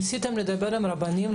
ניסיתם לדבר עם הרבנים,